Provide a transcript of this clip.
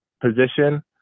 position